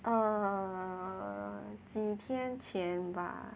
err 几天前吧